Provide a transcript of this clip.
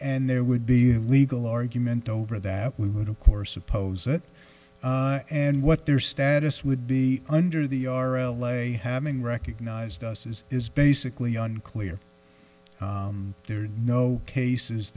and there would be a legal argument over that we would of course oppose it and what their status would be under the r l a having recognized us as is basically unclear there are no cases